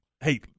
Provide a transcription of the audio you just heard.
hey